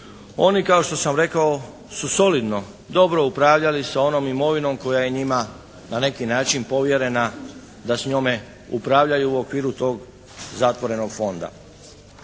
Oni kao što sam rekao su solidno dobro upravljali sa onom imovinom koja je njima na neki način povjerena da s njome upravljaju u okviru tog zatvorenog fonda.